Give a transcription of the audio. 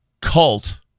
cult